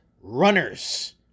runners